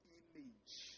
image